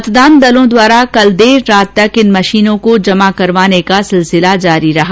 मतदान दलों द्वारा कल देर रात तक इन मशीनों को जमा करवाने का सिलसिला जारी रहा